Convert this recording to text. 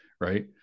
Right